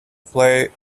play